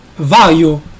value